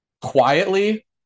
quietly